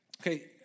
Okay